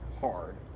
hard